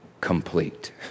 complete